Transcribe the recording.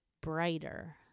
brighter